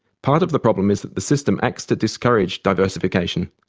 part of the problem is that the system acts to discourage diversification.